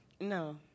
no